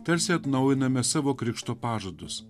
tarsi atnaujiname savo krikšto pažadus